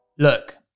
Look